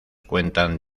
cuentan